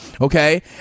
okay